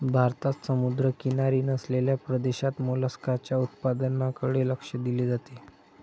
भारतात समुद्रकिनारी नसलेल्या प्रदेशात मोलस्काच्या उत्पादनाकडे लक्ष दिले जाते